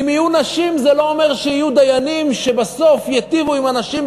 אם יהיו נשים זה לא אומר שיהיו דיינים שבסוף ייטיבו עם הנשים,